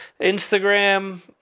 Instagram